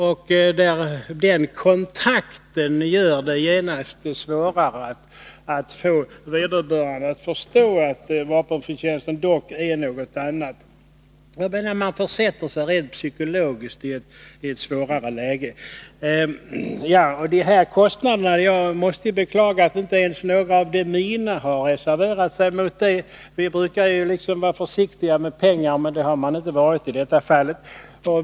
Och den kontakten gör det genast svårare att få vederbörande att förstå att vapenfri tjänst är något annat. Man försätter sig alltså rent psykologiskt i ett svårare läge. Beträffande kostnaderna måste jag beklaga att inte ens någon av de mina har reserverat sig på den punkten. Vi brukar ju vara försiktiga med pengar, men det har man inte varit i detta fall.